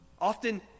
Often